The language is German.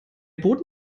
boden